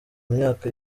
myaka